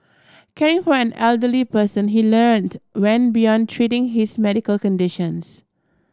caring for an elderly person he learnt when beyond treating his medical conditions